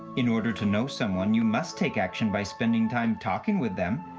in order to know someone you must take action by spending time talking with them.